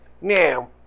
Now